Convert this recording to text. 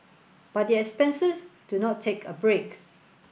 but the expenses do not take a break